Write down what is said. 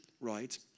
Right